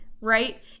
Right